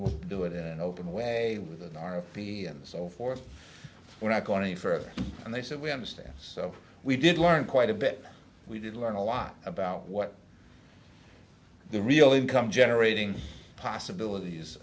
will do it in an open way with an r and b and so forth we're not going any further and they said we understand so we did learn quite a bit we did learn a lot about what the real income generating possibilities